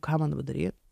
kam man dabar daryt